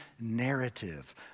narrative